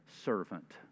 servant